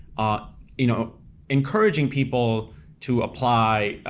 ah you know encouraging people to apply,